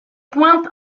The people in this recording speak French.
point